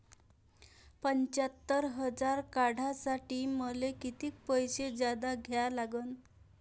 पंच्यात्तर हजार काढासाठी मले कितीक पैसे जादा द्या लागन?